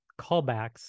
callbacks